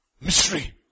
Mystery